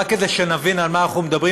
רק כדי שנבין על מה אנחנו מדברים,